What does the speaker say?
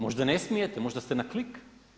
Možda ne smijete, možda ste na klik.